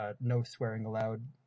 no-swearing-allowed